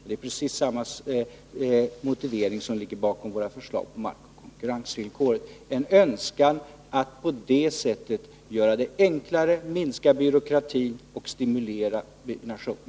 Det är precis samma motivering som ligger bakom våra förslag om markoch konkurrensvillkoren: en önskan att på det sättet göra det enklare, minska byråkratin och stimulera byggandet.